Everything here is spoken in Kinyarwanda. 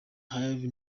herve